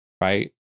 right